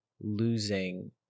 losing